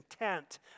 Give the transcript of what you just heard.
intent